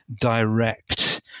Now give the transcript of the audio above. direct